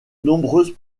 nombreuses